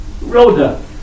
Rhoda